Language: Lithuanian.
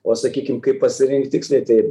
o sakykim kaip pasirinkt tiksliai tai